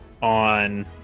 on